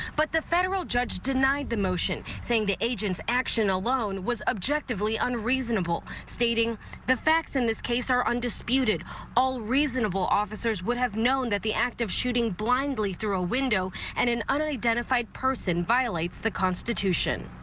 but the federal judge denied the motion saying the agents action alone was objectively unreasonable stating the facts in this case are undisputed all reasonable officers would have known that the active shooting blindly through a window and an unidentified person violates the constitution.